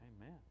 Amen